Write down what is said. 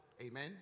Amen